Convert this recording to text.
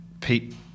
Pete